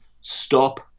stop